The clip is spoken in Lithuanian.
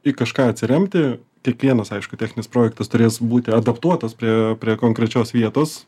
į kažką atsiremti kiekvienas aišku techninis projektas turės būti adaptuotas prie prie konkrečios vietos